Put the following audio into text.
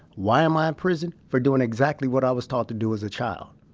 why am i in prison? for doing exactly what i was taught to do as a child